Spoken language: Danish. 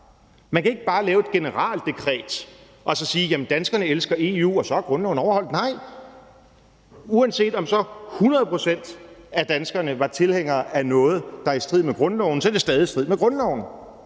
Man kan ikke bare lave et generaldekret og sige: Danskerne elsker EU, og så er grundloven overholdt. Nej, uanset om så 100 pct. af danskerne var tilhængere af noget, der er i strid med grundloven, så er det stadig i strid med grundloven.